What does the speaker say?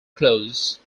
close